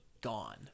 gone